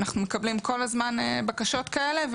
אנחנו מקבלים כל הזמן בקשות כאלה,